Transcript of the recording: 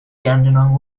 dandenong